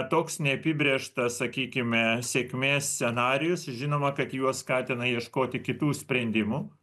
toks neapibrėžtas sakykime sėkmės scenarijus žinoma kad juos skatina ieškoti kitų sprendimų